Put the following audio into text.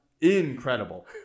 incredible